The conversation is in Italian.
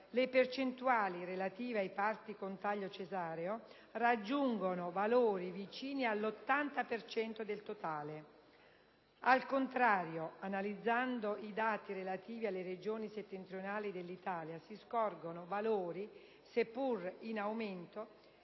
le percentuali relative ai parti con taglio cesareo raggiungono valori vicini all'80 per cento del totale; al contrario, analizzando i dati relativi alle Regioni settentrionali, si scorgono valori, seppur in aumento,